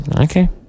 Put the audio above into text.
Okay